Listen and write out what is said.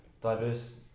diverse